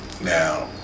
now